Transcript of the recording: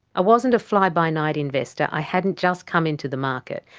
i wasn't a fly-by-night investor. i hadn't just come into the market.